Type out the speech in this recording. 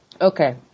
Okay